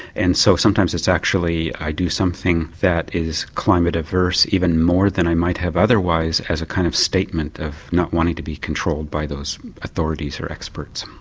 and so sometimes it's actually i do something that is climate averse even more than i might have otherwise as a kind of statement of not wanting to be controlled by those authorities or experts.